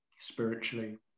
spiritually